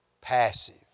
passive